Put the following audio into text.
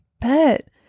bet